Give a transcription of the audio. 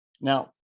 Now